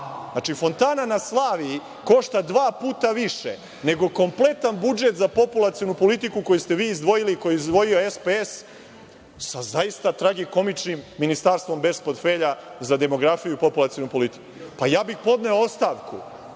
Znači, fontana na Slaviji košta dva puta više nego kompletan budžet za populacionu politiku koju ste vi izdvojili, koju je izdvojio SPS sa zaista tragikomičnim Ministarstvom bez portfelja za demografiju i populacionu politiku. Pa, ja bih podneo ostavku